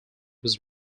was